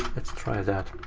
let's try that.